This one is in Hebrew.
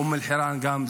אום אל-חיראן גם,